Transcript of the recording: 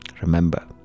remember